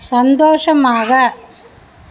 சந்தோஷமாக